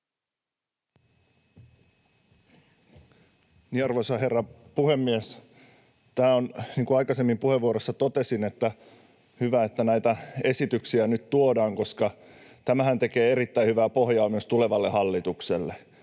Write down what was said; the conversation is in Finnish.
Arvoisa herra puhemies! Niin kuin aikaisemmin puheenvuorossani totesin, on hyvä, että näitä esityksiä nyt tuodaan, koska tämähän tekee erittäin hyvää pohjaa myös tulevalle hallitukselle.